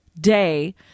day